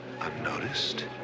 unnoticed